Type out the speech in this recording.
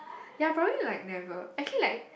ya probably like never actually like